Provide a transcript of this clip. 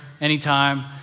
anytime